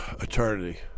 Eternity